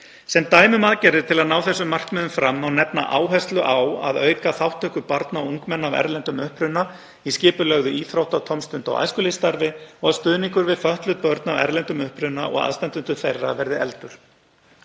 Sem dæmi um aðgerðir til að ná þessum markmiðum fram má nefna áherslu á að auka þátttöku barna og ungmenna af erlendum uppruna í skipulögðu íþrótta-, tómstunda- og æskulýðsstarfi og að stuðningur við fötluð börn af erlendum uppruna og aðstandendur þeirra verði efldur.